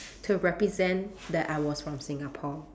to represent that I was from Singapore